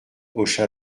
hocha